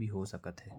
मिलेल।